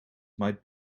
might